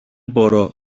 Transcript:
μπορώ